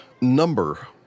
number